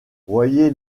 voyez